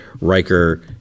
Riker